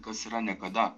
kas yra niekada